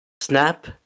snap